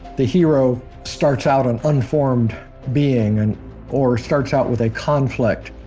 the hero starts out an unformed being, and or starts out with a conflict,